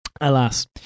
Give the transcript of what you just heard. alas